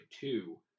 two